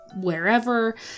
Wherever